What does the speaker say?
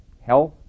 health